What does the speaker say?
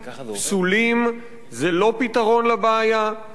זה לא פתרון לבעיה, זה לא התמודדות עם הבעיה,